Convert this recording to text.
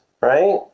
right